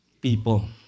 people